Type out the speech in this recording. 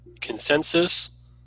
consensus